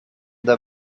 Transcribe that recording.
the